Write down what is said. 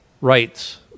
rights